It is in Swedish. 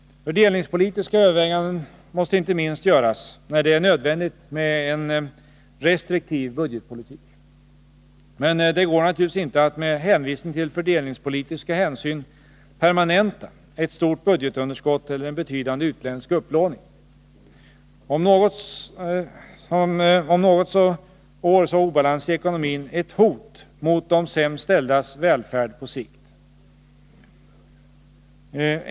Fördelningspolitiska överväganden måste inte minst göras när det är nödvändigt med en restriktiv budgetpolitik. Men det går naturligtvis inte att med hänvisningar till fördelningspolitiska hänsyn permanenta ett stort budgetunderskott eller en betydande utländsk upplåning. Om något, så är obalanser i ekonomin ett hot mot de sämst ställdas välfärd på sikt.